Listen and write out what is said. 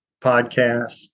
podcasts